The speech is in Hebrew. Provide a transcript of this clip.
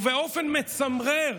באופן מצמרר